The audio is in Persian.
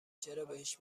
چرابهش